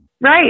Right